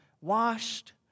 washed